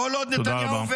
כל עוד נתניהו -- תודה רבה.